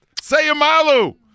Sayamalu